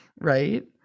right